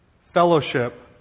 Fellowship